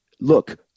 look